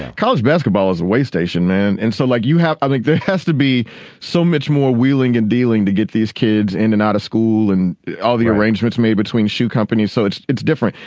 college basketball is a station man. and so like you have i think there has to be so much more wheeling and dealing to get these kids in and out of school and all the arrangements made between shoe companies so it's it's different.